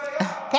שלכם.